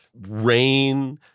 rain